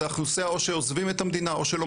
זה אוכלוסייה שאו שעוזבים את המדינה או שלא